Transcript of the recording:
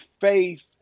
faith